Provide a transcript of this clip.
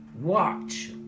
Watch